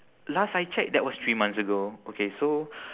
last I check that was three months ago okay so